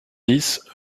dix